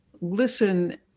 listen